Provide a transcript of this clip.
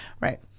Right